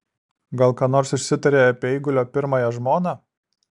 gal ką nors išsitarė apie eigulio pirmąją žmoną